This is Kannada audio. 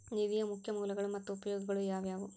ನಿಧಿಯ ಮುಖ್ಯ ಮೂಲಗಳು ಮತ್ತ ಉಪಯೋಗಗಳು ಯಾವವ್ಯಾವು?